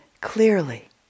clearly